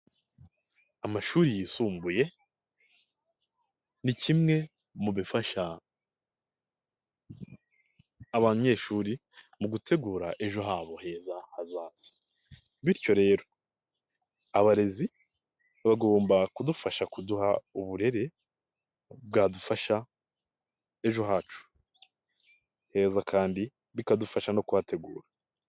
Amashuri yisumbuye ni kimwe mu bifasha abanyeshuri mu gutegura ejo habo heza hazaza, bityo rero abarezi bagomba kudufasha kuduha uburere bwadufasha ejo hacu heza kandi bikadufasha no kuhategura.